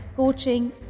coaching